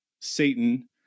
satan